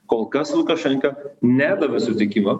kol kas lukašenka nedavė sutikimo